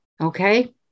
Okay